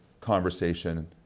conversation